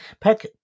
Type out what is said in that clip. Peck